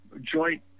joint